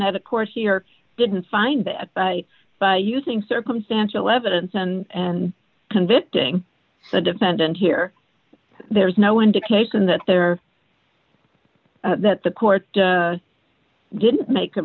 that a court here didn't find that by using circumstantial evidence and convicting the defendant here there's no indication that they're that the court didn't make